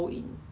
mm